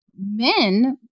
men